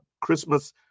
Christmas